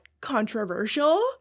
controversial